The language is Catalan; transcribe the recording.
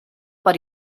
per